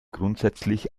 grundsätzlich